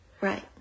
Right